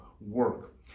work